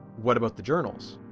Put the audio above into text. what about the journals?